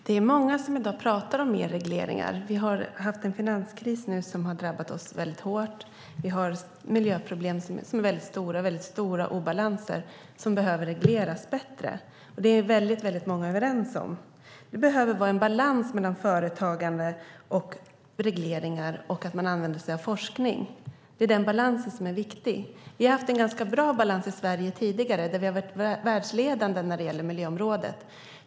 Herr talman! Det är i dag många som pratar om mer regleringar. Vi har haft en finanskris som drabbat oss mycket hårt. Vi har väldigt stora miljöproblem och obalanser som behöver regleras bättre. Det är väldigt många överens om. Det behöver vara en balans mellan företagande, regleringar och forskning. Vi har haft en ganska bra balans i Sverige tidigare och varit världsledande på miljöområdet.